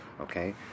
Okay